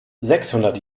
sechshundert